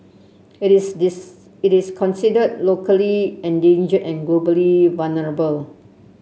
it is this it is considered locally endangered and globally vulnerable